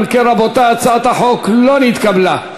רבותי, הצעת החוק לא נתקבלה.